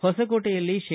ಹೊಸಕೋಟೆಯಲ್ಲಿ ಶೇ